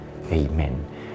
Amen